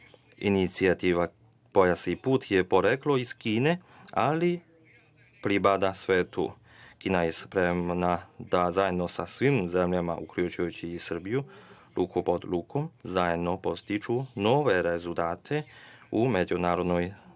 Inicijativa „Pojas – put“ je poreklom iz Kine, ali pripada svetu. Kina je spremna da zajedno sa svim zemljama, uključujući i Srbiju, rukom pod ruku, zajedno podstiče nove rezultate u međunarodnoj saradnji